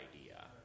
idea